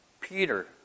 Peter